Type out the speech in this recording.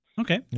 Okay